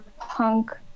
punk